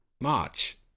March